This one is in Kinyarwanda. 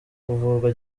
kuvurwa